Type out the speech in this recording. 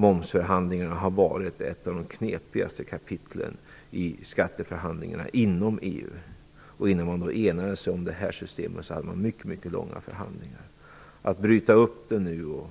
Momsförhandlingarna har varit ett av de knepigaste kapitlen i skatteförhandlingarna inom EU, och innan man enades om det här systemet fördes mycket långvariga förhandlingar. Att bryta upp detta och